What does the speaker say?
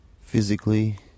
Physically